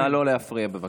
נא לא להפריע, בבקשה,